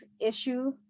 issue